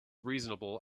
reasonable